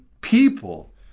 people